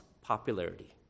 popularity